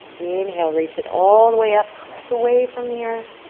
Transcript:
inhale, reach it all the way up, press away from the earth.